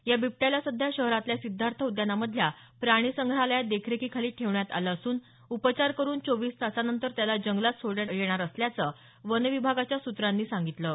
या बिबट्याला सध्या शहरातल्या सिद्धार्थ उद्यानामधल्या प्राणीसंग्रहालयात देखरेखीखाली ठेवण्यात आलं असून उपचार करून चोवीस तासानंतर त्याला जंगलात सोडण्यात येणार असल्याचं वन विभागाच्या सूत्रांनी सांगितलं आहे